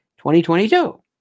2022